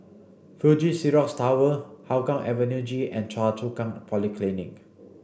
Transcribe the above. Fuji Xerox Tower Hougang Avenue G and Choa Chu Kang Polyclinic